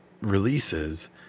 releases